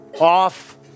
off